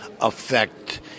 affect